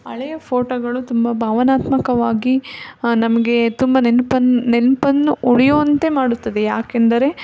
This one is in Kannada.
ಹಳೆಯ ಫೋಟೋಗಳು ತುಂಬ ಭಾವನಾತ್ಮಕವಾಗಿ ನಮಗೆ ತುಂಬ ನೆನ್ಪನ್ನ ನೆನಪನ್ನು ಉಳಿಯುವಂತೆ ಮಾಡುತ್ತದೆ ಯಾಕೆಂದರೆ